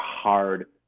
hard